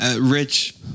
Rich